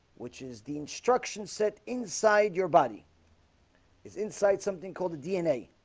which is the instruction set inside your body is inside something called the dna?